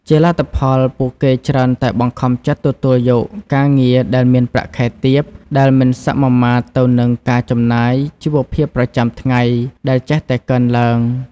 ជាលទ្ធផល ពួកគេច្រើនតែបង្ខំចិត្តទទួលយកការងារដែលមានប្រាក់ខែទាប ដែលមិនសមាមាត្រទៅនឹងការចំណាយជីវភាពប្រចាំថ្ងៃដែលចេះតែកើនឡើង។